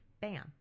Bam